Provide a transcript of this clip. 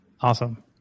Awesome